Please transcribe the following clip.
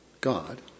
god